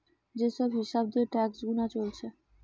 যে সব হিসাব দিয়ে ট্যাক্স গুনা চলছে